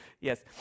yes